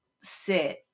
sit